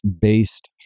based